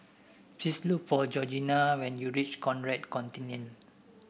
please look for Georgina when you reach Conrad Centennial